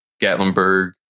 Gatlinburg